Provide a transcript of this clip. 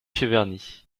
cheverny